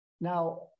Now